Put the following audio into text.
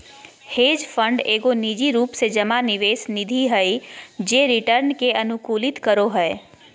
hedge fund एगो निजी रूप से जमा निवेश निधि हय जे रिटर्न के अनुकूलित करो हय